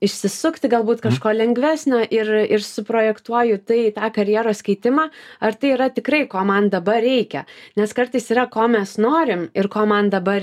išsisukti galbūt kažko lengvesnio ir suprojektuoju tai į tą karjeros keitimą ar tai yra tikrai ko man dabar reikia nes kartais yra ko mes norim ir ko man dabar